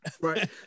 Right